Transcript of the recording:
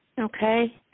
okay